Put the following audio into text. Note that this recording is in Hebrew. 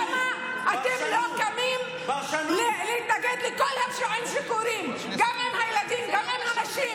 למה אתם לא קמים להתנגד לכל הפשעים שקורים גם עם הילדים וגם עם הנשים,